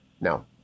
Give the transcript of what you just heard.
no